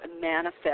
manifest